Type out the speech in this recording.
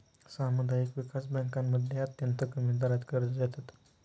सामुदायिक विकास बँकांमध्ये अत्यंत कमी दरात कर्ज देतात